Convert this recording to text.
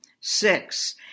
Six